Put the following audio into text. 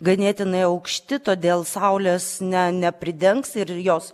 ganėtinai aukšti todėl saulės ne nepridengs ir jos